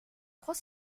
trois